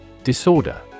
Disorder